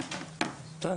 תודה רבה.